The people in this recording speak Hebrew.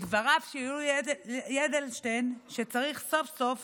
בדבריו של יולי אדלשטיין, שצריך סוף-סוף